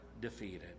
defeated